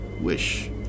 wish